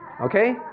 okay